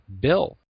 Bill